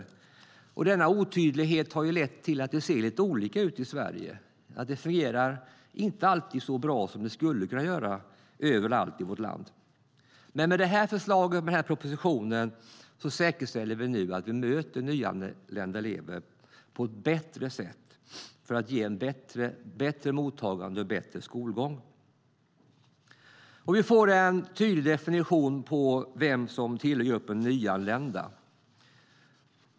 Denna otydlighet har lett till att det ser lite olika ut i Sverige. Det fungerar inte alltid så bra som det skulle kunna göra överallt i vårt land. Men med förslaget och propositionen säkerställer vi nu att vi möter nyanlända elever på ett bättre sätt för att ge ett bättre mottagande och en bättre skolgång. Vi får en tydlig definition av vilka som tillhör gruppen nyanlända.